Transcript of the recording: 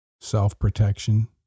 self-protection